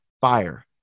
Fire